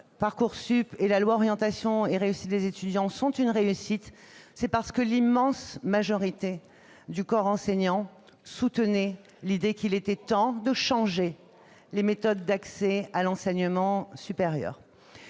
Parcoursup et la loi relative à l'orientation et à la réussite des étudiants sont une réussite, c'est parce que l'immense majorité du corps enseignant soutenait l'idée qu'il était temps de changer les méthodes d'accès à l'enseignement supérieur.